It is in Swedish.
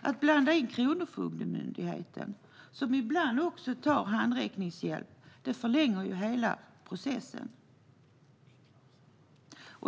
Att blanda in Kronofogdemyndigheten, som ibland också tar handräckningshjälp, förlänger hela processen.